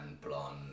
blonde